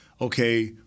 okay